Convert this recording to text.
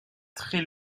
très